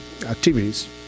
activities